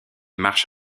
marche